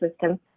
system